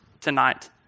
tonight